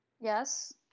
yes